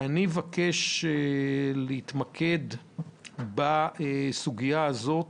אני מבקש להתמקד בסוגיה הזאת,